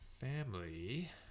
family